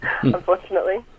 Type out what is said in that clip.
unfortunately